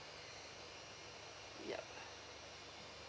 yup